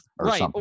right